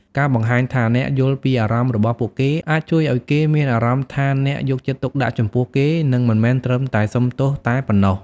ការបង្ហាញថាអ្នកយល់ពីអារម្មណ៍របស់គេ អាចជួយឱ្យគេមានអារម្មណ៍ថាអ្នកយកចិត្តទុកដាក់ចំពោះគេ និងមិនត្រឹមតែសុំទោសតែប៉ុណ្ណោះ។